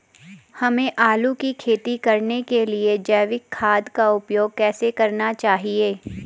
हमें आलू की खेती करने के लिए जैविक खाद का उपयोग कैसे करना चाहिए?